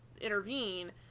intervene